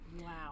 Wow